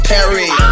Perry